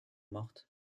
mortes